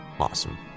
Awesome